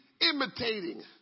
imitating